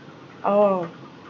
orh